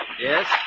Yes